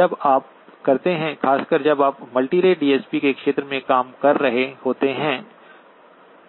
जब आप करते हैं खासकर जब आप मल्टीरेट डीएसपी के क्षेत्र में काम कर रहे होते हैं